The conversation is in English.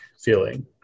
feeling